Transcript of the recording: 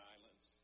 Islands